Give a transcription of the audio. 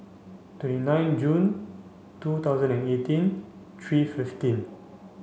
twenty nine June two thousand and eighteen three fifteen